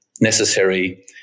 necessary